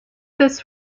this